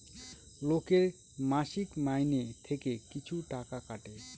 লোকের মাসিক মাইনে থেকে কিছু টাকা কাটে